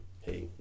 hey